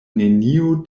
neniu